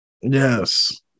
Yes